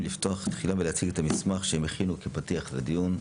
ולהציג את המסמך שהם הכינו כפתיח לדיון.